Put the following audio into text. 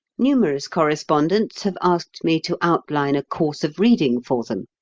numerous correspondents have asked me to outline a course of reading for them.